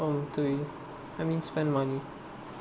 to you I mean spend money